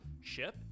ship